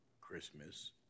christmas